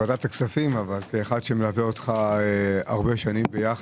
הכספים אבל אני אדם שמלווה אותך שנים רבות,